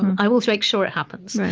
i will so make sure it happens right.